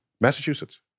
Massachusetts